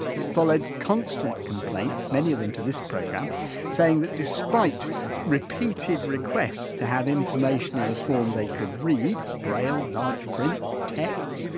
it followed constant complaints many of them to this programme saying that despite repeated requests to have information in a form they could read braille, large print text,